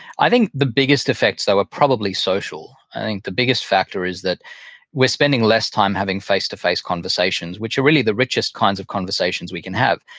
i think the biggest effects though are ah probably social. i think the biggest factor is that we're spending less time having face-to-face conversations, which are really the richest kinds of conversations we can have.